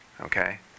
okay